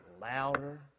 louder